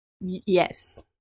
Yes